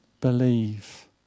believe